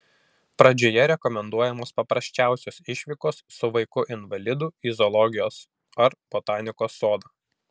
pradžioje rekomenduojamos paprasčiausios išvykos su vaiku invalidu į zoologijos ar botanikos sodą